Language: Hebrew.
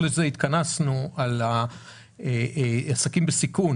על עסקים בסיכון.